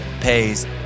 pays